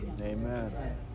amen